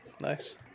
nice